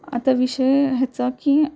आता विषय ह्याचा की